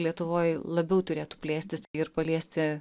lietuvoj labiau turėtų plėstis ir paliesti